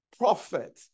prophet